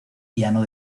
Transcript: piano